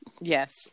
Yes